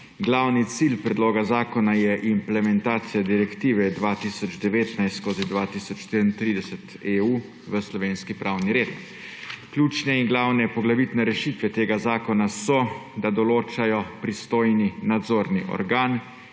Glavni cilj predloga zakona je implementacija Direktive 2019/2034 EU v slovenski pravni red. Ključne in glavne, poglavitne rešitve tega zakona so, da določajo pristojni nadzorni organ,